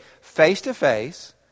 face-to-face